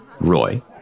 Roy